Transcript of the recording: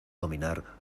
dominar